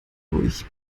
durch